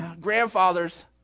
grandfather's